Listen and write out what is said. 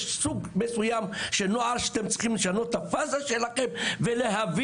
יש סוג מסוים של נוער שאתם צריכים לשנות את הפאזה שלכם ולהבין,